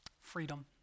Freedom